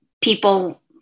people